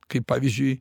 kaip pavyzdžiui